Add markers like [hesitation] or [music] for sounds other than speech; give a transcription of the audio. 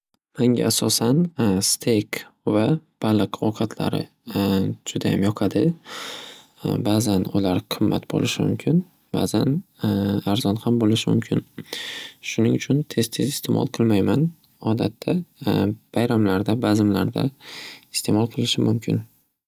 Manga asosan [hesitation] steyk va baliq ovqatlari [hesitation] judayam yoqadi. [noise] Bazan ular qimmat bo'lishi mumkin. Bazan [hesitation] arzon ham bo'lishi mumkin. [noise] Shuning uchun tez tez iste'mol qilmayman. Odatda [hesitation] bayramlarda bazmlarda iste'mol qilishim mumkin.